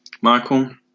Michael